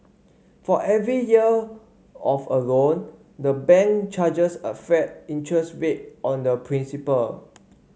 for every year of a loan the bank charges a flat interest rate on the principal